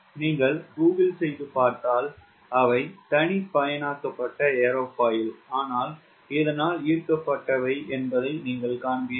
நீங்கள் கூகிள் செய்து பார்த்தால் அவை தனிப்பயனாக்கப்பட்ட ஏர்ஃபாயில் ஆனால் இதனால் ஈர்க்கப்பட்டவை என்பதை நீங்கள் காண்பீர்கள்